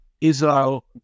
Israel